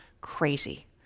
crazy